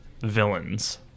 villains